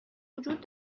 وجود